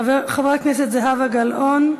חברת הכנסת זהבה גלאון,